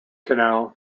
canal